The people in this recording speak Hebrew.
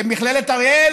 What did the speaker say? מכללת אריאל,